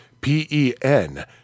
P-E-N-